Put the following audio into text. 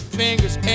fingers